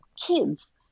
kids